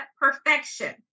Perfection